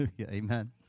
Amen